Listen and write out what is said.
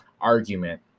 argument